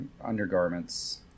undergarments